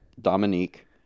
Dominique